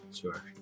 sure